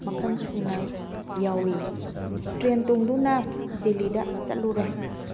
ꯃꯈꯜ ꯁꯨꯅ ꯌꯥꯎꯋꯤ ꯇ꯭ꯔꯦꯟ ꯇꯣꯡꯗꯨꯅ ꯗꯦꯂꯤꯗ ꯆꯠꯂꯨꯔꯦ